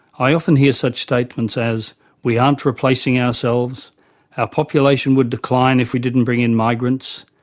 i often hear such statements as we aren't replacing ourselves, our population would decline if we didn't bring in migrants,